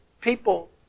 people